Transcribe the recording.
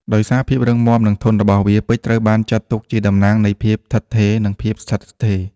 ដោយសារភាពរឹងមាំ និងធន់របស់វា ពេជ្រត្រូវបានចាត់ទុកជាតំណាងនៃភាពឋិតថេរ និងភាពស្ថិតស្ថេរ។